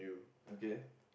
okay